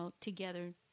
together